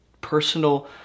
personal